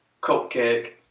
Cupcake